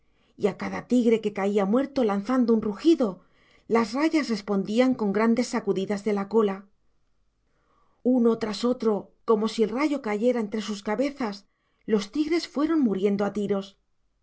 a cada tigre que caía muerto lanzando un rugido las rayas respondían con grandes sacudidas de la cola uno tras otro como si el rayo cayera entre sus cabezas los tigres fueron muriendo a tiros